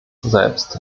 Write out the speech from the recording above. selbst